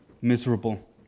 miserable